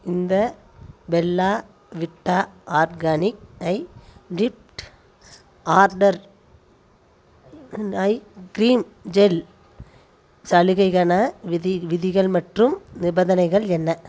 இந்த Bella Vita organic eye lift under eye cream gel சலுகைகான விதி விதிகள் மற்றும் நிபந்தனைகள் என்ன